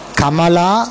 kamala